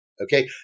Okay